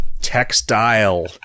Textile